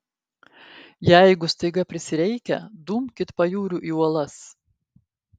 jeigu staiga prisireikia dumkit pajūriu į uolas